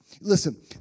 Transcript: Listen